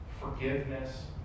forgiveness